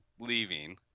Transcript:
leaving